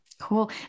Cool